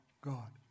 God